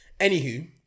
anywho